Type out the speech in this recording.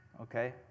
okay